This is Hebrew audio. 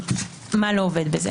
מה לא עובד בזה